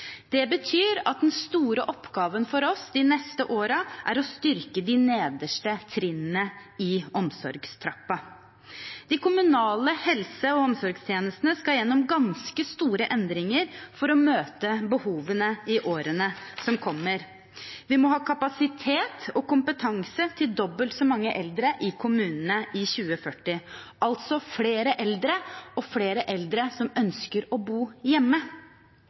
Det betyr at den store oppgaven for oss de neste årene er å styrke de nederste trinnene i omsorgstrappen. De kommunale helse- og omsorgstjenestene skal gjennom ganske store endringer for å møte behovene i årene som kommer. Vi må ha kapasitet og kompetanse til dobbelt så mange eldre i kommunene i 2040 – det er altså flere eldre og flere eldre som ønsker å bo hjemme.